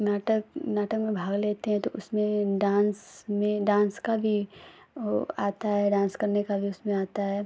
नाटक नाटक में भाग लेते हैं तो उसमें डांस में डांस का भी वो आता है डांस करने का भी उसमें आता है